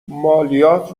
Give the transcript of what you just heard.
مالیات